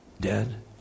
dead